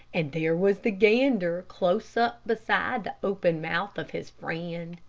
and there was the gander close up beside the open mouth of his friend.